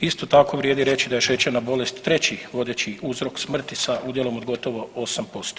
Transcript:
Isto tako vrijedi reći da je šećerna bolest treći vodeći uzrok smrti sa udjelom od gotovo 8%